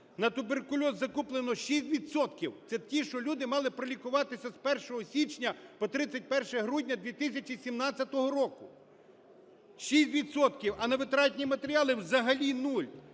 на туберкульоз закуплено 6 відсотків - це ті, що люди мали пролікуватися з 1 січня по 31 грудня 2017 року, 6 відсотків, а на витратні матеріали взагалі нуль.